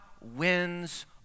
wins